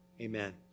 Amen